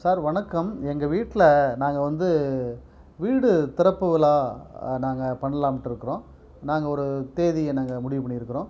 sir வணக்கம் எங்கள் வீட்டில் நாங்கள் வந்து வீடு திறப்பு விழா நாங்கள் பண்ணலாம்ட்டு இருக்கிறோம் நாங்கள் ஒரு தேதியை நாங்கள் முடிவு பண்ணிருக்கிறோம்